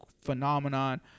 phenomenon